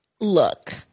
look